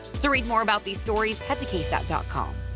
three more about the stories head to ksat dot com.